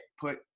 put